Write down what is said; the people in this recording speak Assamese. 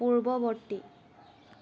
পূৰ্বৱৰ্তী